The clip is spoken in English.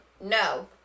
No